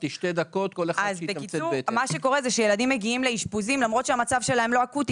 מה שקורה זה שילדים מגיעים לאשפוזים למרות שהמצב שלהם לא אקוטי,